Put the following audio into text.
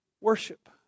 Worship